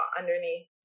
underneath